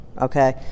Okay